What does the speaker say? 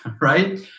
right